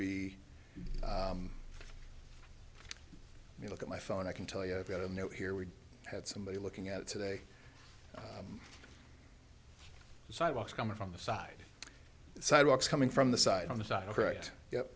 be you look at my phone i can tell you i've got a note here we had somebody looking at it today the sidewalks coming from the side sidewalks coming from the side on the sidewalk right